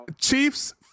Chiefs